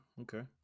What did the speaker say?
Okay